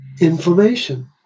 inflammation